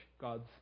God's